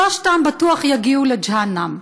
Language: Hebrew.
שלושתם בטוח יגיעו לג'הנם,